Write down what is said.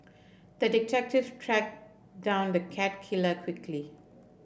the detective tracked down the cat killer quickly